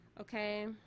okay